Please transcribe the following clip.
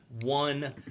one